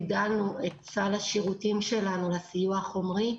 הגדלנו את סל השירותים שלנו לסיוע החומרי.